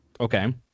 Okay